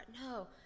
No